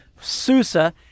Susa